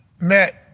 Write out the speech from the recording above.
Matt